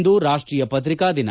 ಇಂದು ರಾಷ್ಟ್ರೀಯ ಪತ್ರಿಕಾ ದಿನ